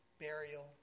burial